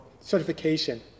certification